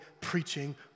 preaching